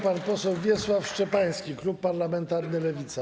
Pan poseł Wiesław Szczepański, klub parlamentarny Lewica.